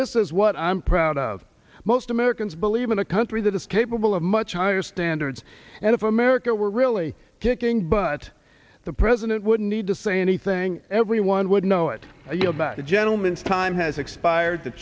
this is what i'm proud of most americans believe in a country that is capable of much higher standards and if america were really kicking butt the president would need to say anything everyone would know it you know but a gentleman time has expired t